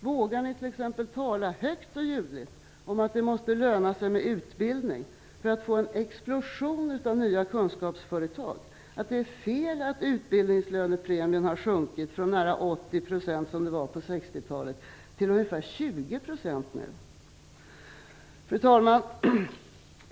Vågar ni t.ex. tala högt och ljudligt om att det måste löna sig med utbildning för att man skall få en explosion av nya kunskapsföretag, att det är fel att utbildningslönepremien har sjunkit från nära 80 %, som den var på 60-talet, till ca 20 %? Fru talman!